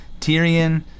Tyrion